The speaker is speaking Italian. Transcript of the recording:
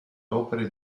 opere